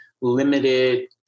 limited